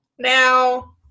now